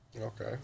okay